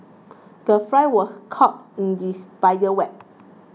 the fly was caught in the spider web